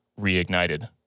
reignited